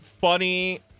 funny